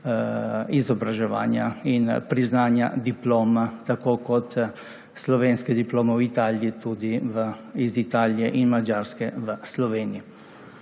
izobraževanja in priznanja diplom, tako slovenske diplome v Italiji kot tudi diplome iz Italije in Madžarske v Sloveniji.